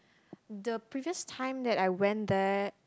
the previous time that I went there